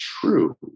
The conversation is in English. true